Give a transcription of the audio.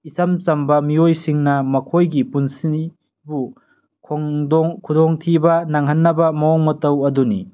ꯏꯆꯝ ꯆꯝꯕ ꯃꯤꯑꯣꯏꯁꯤꯡꯅ ꯃꯈꯣꯏꯒꯤ ꯄꯨꯟꯁꯤꯕꯨ ꯈꯨꯗꯣꯡꯊꯤꯕ ꯅꯪꯍꯟꯅꯕ ꯃꯑꯣꯡ ꯃꯇꯧ ꯑꯗꯨꯅꯤ